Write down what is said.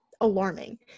alarming